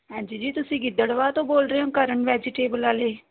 ਹਾਂਜੀ ਜੀ ਤੁਸੀਂ ਗਿੱਦੜਵਾ ਤੋਂ ਬੋਲ ਰਹੇ ਹੋ ਕਰਨ ਵੈਜੀਟੇਬਲ ਵਾਲੇ